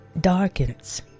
darkens